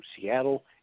Seattle